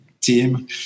team